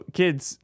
kids